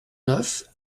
neuf